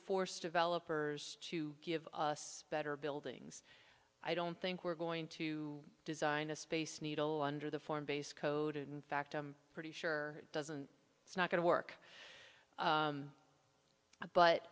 force developers to give us better buildings i don't think we're going to design a space needle under the foreign based code in fact i'm pretty sure it doesn't it's not going to work